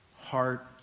heart